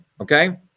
okay